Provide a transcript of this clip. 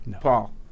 Paul